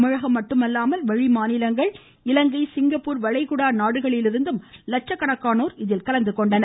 தமிழகம் மட்டுமல்லாமல் வெளிமாநிலங்கள் இலங்கை சிங்கப்பூர் வளைகுடா உள்ளிட்ட வெளிநாடுகளிலிருந்தும் லட்சக்கணக்கானோர் இதில் கலந்துகொண்டனர்